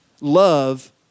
love